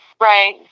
Right